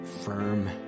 firm